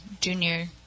junior